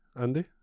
Andy